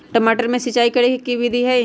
टमाटर में सिचाई करे के की विधि हई?